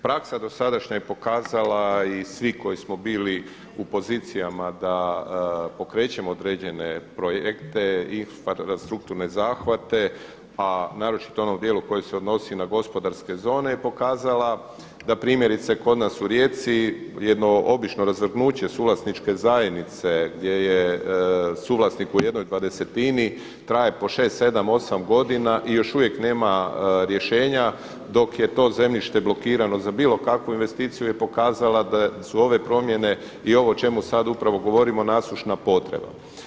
Praksa dosadašnja je pokazala i svi koji smo bili u pozicijama da pokrećemo određene projekte, infrastrukturne zahvate, a naročito u onom dijelu koji se odnosi na gospodarske zone je pokazala da primjerice kod nas u Rijeci jedno obično razvrgnuće suvlasničke zajednice, gdje je suvlasnik u 1/20 traje po 6, 7, 8 godina i još uvijek nema rješenja dok je to zemljište blokirano za bilo kakvu investiciju je pokazala da su ove promjene i ovo o čemu sada upravo govorimo nasušna potreba.